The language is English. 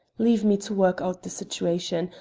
leave me to work out the situation.